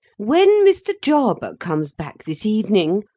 when mr. jarber comes back this evening,